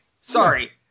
Sorry